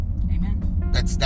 Amen